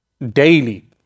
Daily